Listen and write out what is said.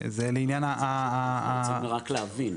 זה לעניין --- אני רוצה רק להבין.